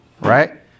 right